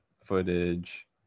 footage